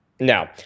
No